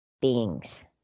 beings